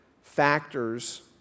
factors